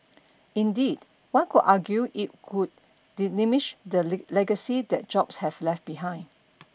indeed one could argue it could diminish the legacy that Jobs have left behind